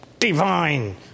divine